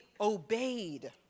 obeyed